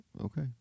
okay